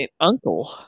uncle